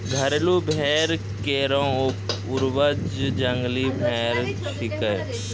घरेलू भेड़ केरो पूर्वज जंगली भेड़ छिकै